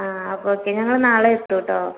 ആ അപ്പോൾ ഓക്കെ ഞങ്ങൾ നാളെ എത്തും കേട്ടോ